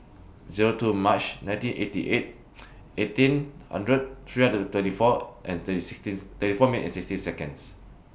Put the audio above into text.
Zero two March nineteen eighty eight eighteen hundred thirty four minutes sixteen